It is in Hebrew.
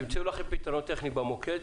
תמצאו לכם פתרונות טכניים במוקד,